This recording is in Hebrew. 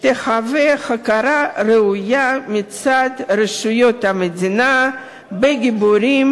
תהווה הכרה ראויה מצד רשויות המדינה בגיבורים